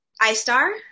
I-Star